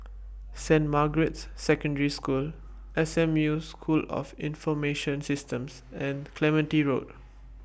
Saint Margaret's Secondary School S M U School of Information Systems and Clementi Road